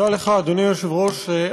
תודה לך, אדוני היושב-ראש.